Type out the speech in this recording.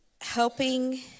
helping